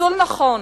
ניצול נכון